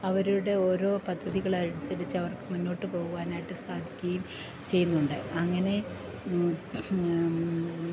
അവരുടെ ഓരോ പദ്ധതികളനുസരിച്ച് അവർക്കു മുന്നോട്ടു പോകുവാനായിട്ട് സാധിക്കുകയും ചെയ്യുന്നുണ്ട് അങ്ങനെ